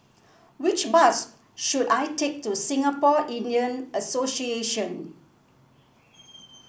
which bus should I take to Singapore Indian Association